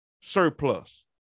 surplus